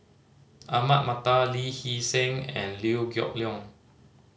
Ahmad Mattar Lee Hee Seng and Liew Geok Leong